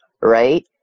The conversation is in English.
right